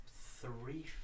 three